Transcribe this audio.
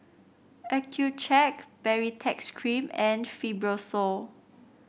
Accucheck Baritex Cream and Fibrosol